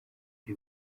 ari